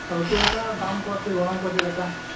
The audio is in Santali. ᱟᱫᱚ ᱪᱮᱫ ᱞᱮᱠᱟ ᱫᱟᱢ ᱠᱚ ᱟᱨᱠᱤ ᱜᱚᱱᱚᱝ ᱠᱚ ᱪᱮᱫ ᱞᱮᱠᱟ